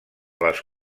les